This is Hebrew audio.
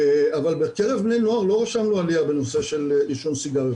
אבל בקרב בני נוער לא ראינו עליה בעישון סיגריות,